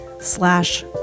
slash